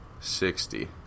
sixty